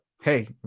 hey